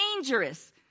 dangerous